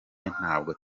ntabwo